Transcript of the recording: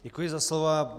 Děkuji za slovo.